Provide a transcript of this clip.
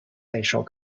备受